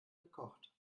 gekocht